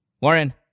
Warren